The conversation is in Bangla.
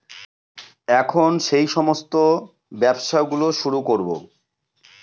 এখন সেই সমস্ত ব্যবসা গুলো শুরু করবো